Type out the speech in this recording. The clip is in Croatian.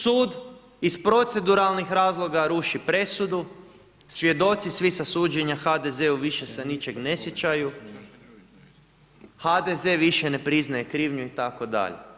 Sud iz proceduralnih razloga ruši presudu, svjedoci svi sa suđenja HDZ-u više se ničega ne sjećaju, HDZ više ne priznaje krivnju itd.